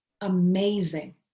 amazing